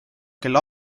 kelle